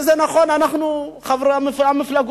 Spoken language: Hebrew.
וזה נכון, אנחנו, חברי המפלגות,